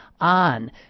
on